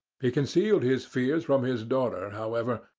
he concealed his fears from his daughter, however,